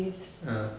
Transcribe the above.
ah